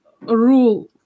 rule